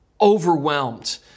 overwhelmed